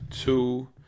two